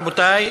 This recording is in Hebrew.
רבותי.